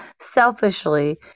selfishly